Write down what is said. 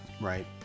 right